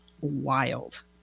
wild